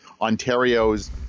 Ontario's